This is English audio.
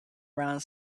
around